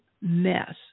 mess